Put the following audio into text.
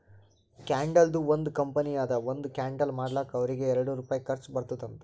ಕ್ಯಾಂಡಲ್ದು ಒಂದ್ ಕಂಪನಿ ಅದಾ ಒಂದ್ ಕ್ಯಾಂಡಲ್ ಮಾಡ್ಲಕ್ ಅವ್ರಿಗ ಎರಡು ರುಪಾಯಿ ಖರ್ಚಾ ಬರ್ತುದ್ ಅಂತ್